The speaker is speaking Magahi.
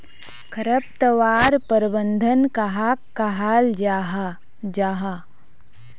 खरपतवार प्रबंधन कहाक कहाल जाहा जाहा?